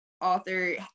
author